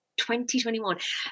2021